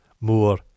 more